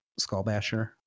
Skullbasher